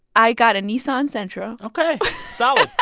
i got a nissan sentra ok solid,